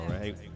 right